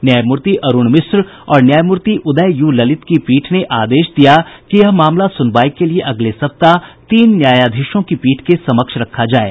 न्यायमूर्ति अरूण मिश्रा और न्यायमूर्ति उदय यू ललित की पीठ ने आदेश दिया कि यह मामला सुनवाई के लिए अगले सप्ताह तीन न्यायाधीशों की पीठ के समक्ष रखा जाये